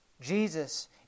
Jesus